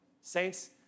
saints